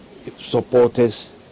supporters